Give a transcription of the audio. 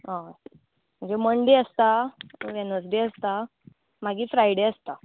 हय म्हणजे मंडे आसता वॅनजडे आसता मागीर फ्रायडे आसता